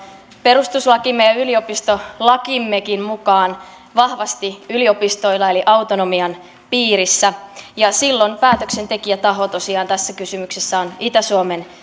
perustuslakimme ja yliopistolakimmekin mukaan vahvasti yliopistoilla eli autonomian piirissä ja tosiaan silloin päätöksentekijätaho tässä kysymyksessä on itä suomen